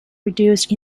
reduced